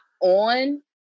on